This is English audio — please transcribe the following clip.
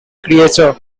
creature